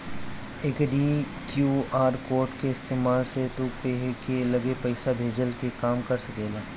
एकरी QR code के इस्तेमाल से तू केहू के लगे पईसा भेजला के काम कर सकेला